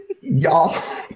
y'all